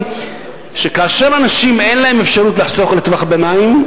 היא שכאשר אנשים אין להם אפשרות לחסוך לטווח ביניים,